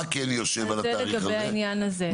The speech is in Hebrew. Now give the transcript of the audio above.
מה כן יושב על התאריך הזה?